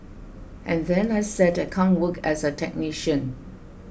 and then I said I can't work as a technician